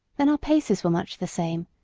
then our paces were much the same,